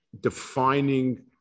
defining